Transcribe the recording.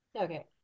Okay